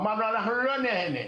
אמרנו אנחנו לא נהנה,